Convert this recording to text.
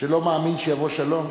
שלא מאמין שיבוא שלום?